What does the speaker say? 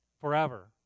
forever